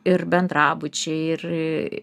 ir bendrabučiai ir